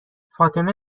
فاطمه